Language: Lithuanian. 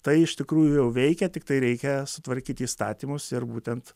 tai iš tikrųjų veikia tiktai reikia sutvarkyti įstatymus ir būtent